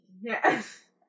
Yes